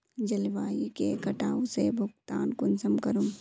जलवायु के कटाव से भुगतान कुंसम करूम?